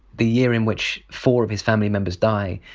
the year in which four of his family members die,